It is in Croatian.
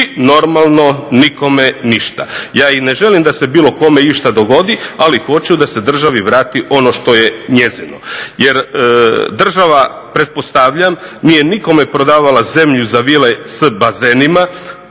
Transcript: normalno nikome ništa. Ja i ne želim da se bilo kome išta dogodi ali hoću da se državi vrati ono što je njezino. Jer država pretpostavljam nije nikome prodavala zemlju za vile s bazenima,